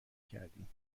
کردیم